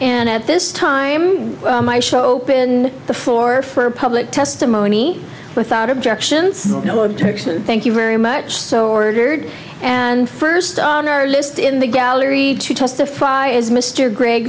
and at this time i show pin the floor for public testimony without objections no objection thank you very much so ordered and first on our list in the gallery to testify is mr gre